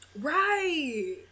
Right